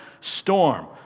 storm